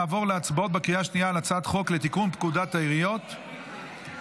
נעבור להצבעה בקריאה שנייה על הצעת חוק לתיקון פקודת העיריות (מס'